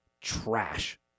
trash